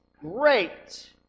Great